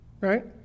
right